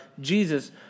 Jesus